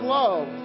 love